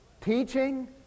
teaching